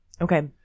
Okay